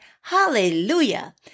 Hallelujah